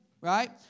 right